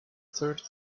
third